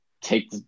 take